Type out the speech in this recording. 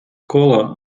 кола